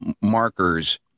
markers